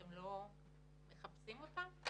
אתם לא מחפשים אותם"?